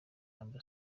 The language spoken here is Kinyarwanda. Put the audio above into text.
amb